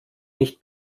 nicht